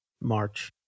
March